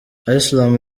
islam